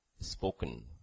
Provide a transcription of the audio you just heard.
spoken